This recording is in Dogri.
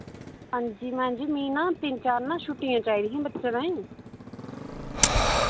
हां जी मैम जी मि ना तिन चार ना छुट्टियां चाहिदियां हां बच्चे ताईं